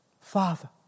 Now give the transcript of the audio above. Father